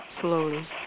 slowly